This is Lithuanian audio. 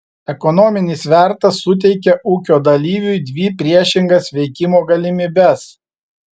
ekonominis svertas suteikia ūkio dalyviui dvi priešingas veikimo galimybes